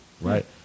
Right